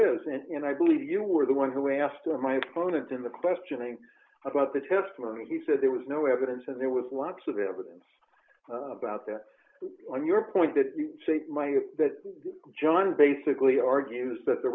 is and i believe you were the one who asked of my opponent in the questioning about the testimony he said there was no evidence and there was lots of evidence about the on your point that my that john basically argues that the